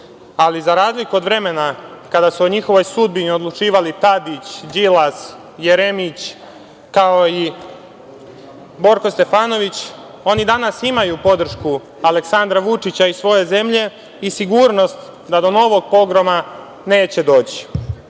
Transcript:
Ali, za razliku od vremena kada su o njihovoj sudbini odlučivali Tadić, Đilas, Jeremić, kao i Borko Stefanović, oni danas imaju podršku Aleksandra Vučića i svoje zemlje i sigurnost da do novog pogroma neće doći. Ja